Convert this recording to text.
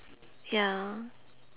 ya